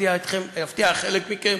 אפתיע חלק מכם,